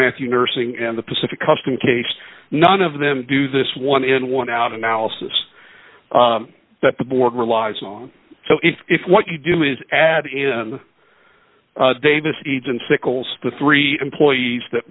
matthew nursing and the pacific custom case none of them do this one in one out analysis that the board relies on so if if what you do is add in davis needs and sickles the three employees that